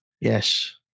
Yes